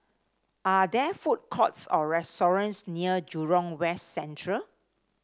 are there food courts or restaurants near Jurong West Central